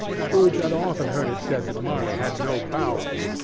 scrooge had often heard it said that marley had no bowels,